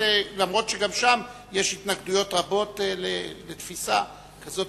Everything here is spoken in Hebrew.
אף-על-פי שגם שם יש התנגדויות רבות לתפיסה הזאת,